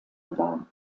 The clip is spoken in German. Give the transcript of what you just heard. gebar